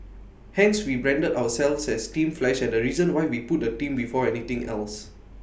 hence we branded ourselves as team flash and the reason why we put the team before anything else